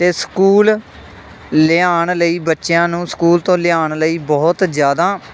ਅਤੇ ਸਕੂਲ ਲਿਆਉਣ ਲਈ ਬੱਚਿਆਂ ਨੂੰ ਸਕੂਲ ਤੋਂ ਲਿਆਉਣ ਲਈ ਬਹੁਤ ਜ਼ਿਆਦਾ